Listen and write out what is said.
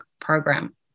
program